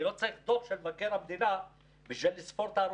אני לא צריך דוח של מבקר המדינה בשביל לספור את ההרוגים.